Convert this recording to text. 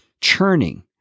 churning